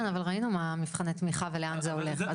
כן אבל ראינו מה עם מבחני התמיכה ולאן זה הולך.